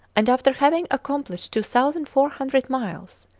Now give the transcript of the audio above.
and after having accomplished two thousand four hundred miles.